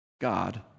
God